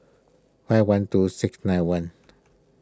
five one two six nine one